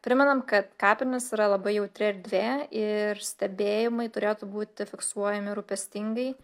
primenam kad kapinės yra labai jautri erdvė ir stebėjimai turėtų būti fiksuojami rūpestingai